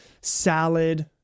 salad